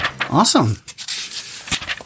Awesome